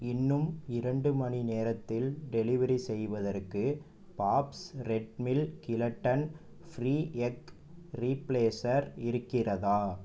இன்னும் இரண்டு மணி நேரத்தில் டெலிவரி செய்வதற்கு Bob's Red Mill gluten free egg replacer இருக்கிறதா